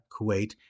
Kuwait